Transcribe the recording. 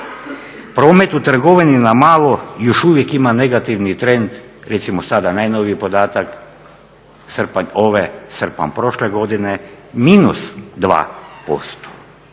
Promet u trgovini na malo još uvijek ima negativni trend, recimo sada najnoviji podatak srpanj ove, srpanj prošle godine minus 2%.